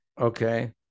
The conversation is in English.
okay